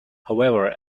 however